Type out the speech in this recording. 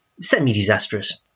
semi-disastrous